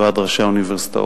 ועד ראשי האוניברסיטאות,